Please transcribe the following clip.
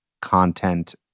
content